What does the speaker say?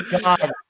God